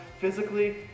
physically